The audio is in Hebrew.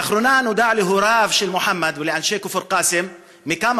לאחרונה נודע להוריו של מוחמד ולאנשי כפר קאסם מכמה